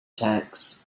tax